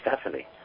Stephanie